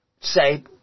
say